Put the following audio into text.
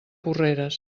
porreres